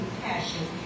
compassion